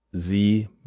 Sie